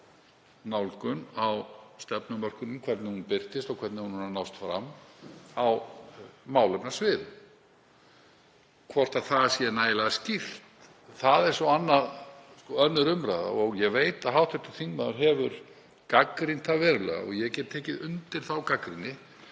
nálgun á stefnumörkun, hvernig hún birtist og hvernig hún er að nást fram á málefnasviðum. Hvort það sé nægilega skýrt er svo önnur umræða. Ég veit að hv. þingmaður hefur gagnrýnt það verulega, og ég get tekið undir þá gagnrýni,